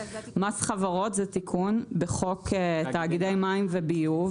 מס חברות זה תיקון בחוק תאגידי מים וביוב,